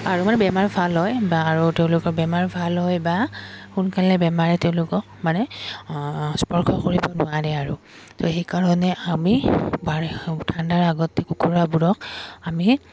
আৰু মানে বেমাৰ ভাল হয় বা আৰু তেওঁলোকৰ বেমাৰ ভাল হয় বা সোনকালে বেমাৰে তেওঁলোকক মানে স্পৰ্শ কৰিব নোৱাৰে আৰু তো সেইকাৰণে আমি ঠাণ্ডাৰ আগতে কুকুৰাবোৰক আমি